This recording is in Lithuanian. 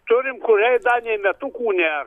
turim kuriai da nė metukų ner